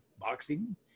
boxing